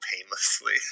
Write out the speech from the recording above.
painlessly